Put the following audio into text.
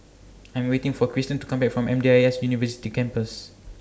I'm waiting For Kristen to Come Back from M D I S University Campus